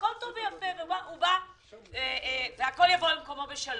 והכול יבוא על מקומו בשלום.